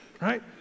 Right